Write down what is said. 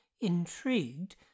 intrigued